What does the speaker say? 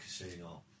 Casino